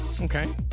Okay